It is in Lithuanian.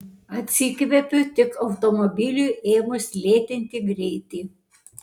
atsikvepiu tik automobiliui ėmus lėtinti greitį